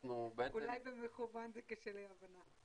ואנחנו בעצם --- אולי במכוון זה קשה להבנה.